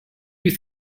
you